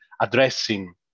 addressing